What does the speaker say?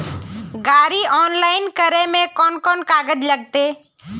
गाड़ी ऑनलाइन करे में कौन कौन कागज लगते?